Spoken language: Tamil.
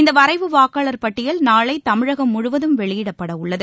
இந்த வரைவு வாக்காளர் பட்டியல் நாளை தமிழகம் முழுவதும் வெளியிடப்பட உள்ளது